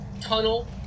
tunnel